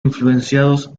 influenciados